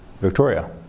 Victoria